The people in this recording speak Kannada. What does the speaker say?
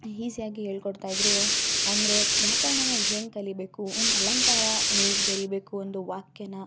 ಈಸಿಯಾಗಿ ಹೇಳ್ಕೊಡ್ತಾ ಇದ್ರು ಅಂದರೆ ವ್ಯಾಕರಣ ನಾವು ಹೆಂಗೆ ಕಲಿಬೇಕು ಒಂದು ಅಲಂಕಾರ ಹೇಗೆ ಬರಿಬೇಕು ಒಂದು ವಾಕ್ಯನ